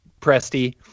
Presti